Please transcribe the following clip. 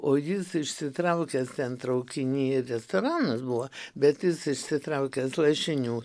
o jis išsitraukęs ten traukiny restoranas buvo bet jis išsitraukęs lašinių